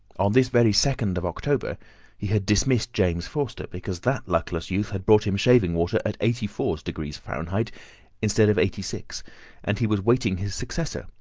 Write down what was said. on this very second of october he had dismissed james forster, because that luckless youth had brought him shaving-water at eighty-four degrees fahrenheit instead of eighty-six and he was awaiting his successor,